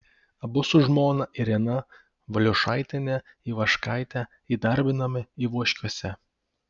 abu su žmona irena valiušaitiene ivaškaite įdarbinami ivoškiuose